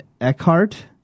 Eckhart